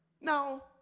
Now